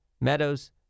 Meadows